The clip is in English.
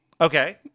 Okay